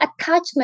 attachment